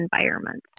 environments